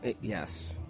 yes